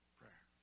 prayer